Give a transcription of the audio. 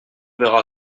verra